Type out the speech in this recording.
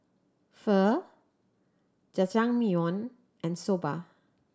Pho Jajangmyeon and Soba